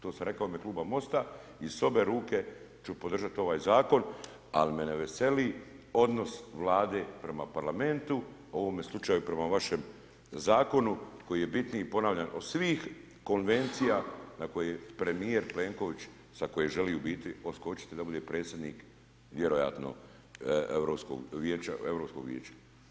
To sam rekao u ime kluba MOST-a i s obje ruke ću podržati ovaj Zakon, ali me ne veseli odnos Vlade prema parlamentu, u ovome slučaju prema vašem Zakonu koji je bitniji, ponavljam, od svih konvencije na koje premijer Plenković, sa koje želi, u biti, odskočiti da bude predsjednik vjerojatno Europskog vijeća.